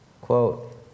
Quote